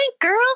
girl